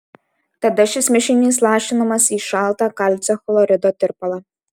tada šis mišinys lašinamas į šaltą kalcio chlorido tirpalą